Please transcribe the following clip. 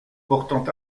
portant